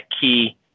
key